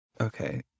Okay